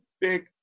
big